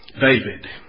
David